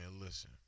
listen